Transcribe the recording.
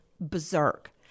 berserk